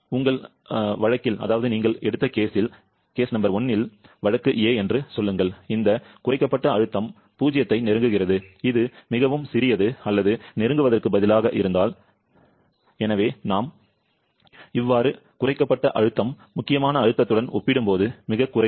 உங்கள் வழக்கு number one வழக்கு என்று சொல்லுங்கள் இந்த குறைக்கப்பட்ட அழுத்தம் 0 ஐ நெருங்குகிறது இது மிகவும் சிறியது அல்லது நெருங்குவதற்கு பதிலாக இருந்தால் எனவே நாம் எழுதினால் குறைக்கப்பட்ட அழுத்தம் முக்கியமான அழுத்தத்துடன் ஒப்பிடும்போது மிகக் குறைவு